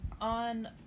on